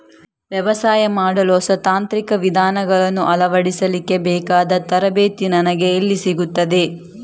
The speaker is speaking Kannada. ವ್ಯವಸಾಯ ಮಾಡಲು ಹೊಸ ತಾಂತ್ರಿಕ ವಿಧಾನಗಳನ್ನು ಅಳವಡಿಸಲಿಕ್ಕೆ ಬೇಕಾದ ತರಬೇತಿ ನನಗೆ ಎಲ್ಲಿ ಸಿಗುತ್ತದೆ?